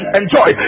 enjoy